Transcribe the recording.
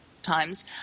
times